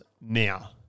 now